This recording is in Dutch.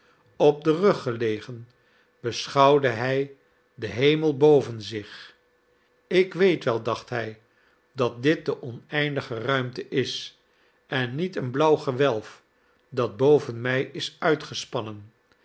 op den rug gelegen beschouwde hij den hemel boven zich ik weet wel dacht hij dat dit de oneindige ruimte is en niet een blauw gewelf dat boven mij is uitgespannen